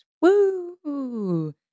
woo